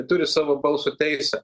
turi savo balso teisę